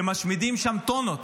שמשמידים בהם טונות,